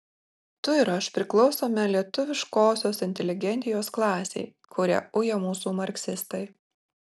tu ir aš priklausome lietuviškosios inteligentijos klasei kurią uja mūsų marksistai